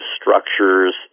structures